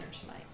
tonight